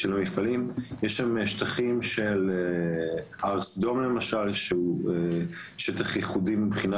יש שם שטחים של הר סדום שהוא שטח ייחודי מבחינה